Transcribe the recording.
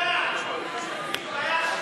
התשע"ו 2015,